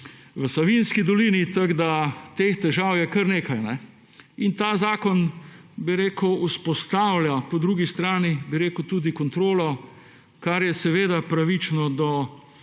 v Savinjski dolini, teh težav je kar nekaj. In ta zakon vzpostavlja po drugi strani tudi kontrolo, kar je seveda pravično do